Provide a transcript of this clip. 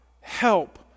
Help